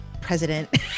President